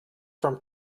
from